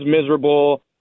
miserable